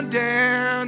down